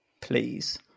Please